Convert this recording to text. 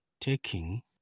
taking